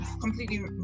completely